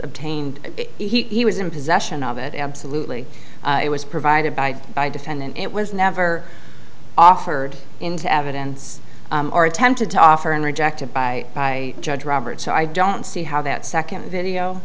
obtained he was in possession of it absolutely it was provided by by defendant it was never offered into evidence or attempted to offer and rejected by judge roberts so i don't see how that second video